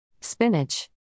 Spinach